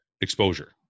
exposure